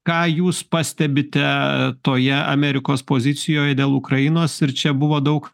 ką jūs pastebite toje amerikos pozicijoj dėl ukrainos ir čia buvo daug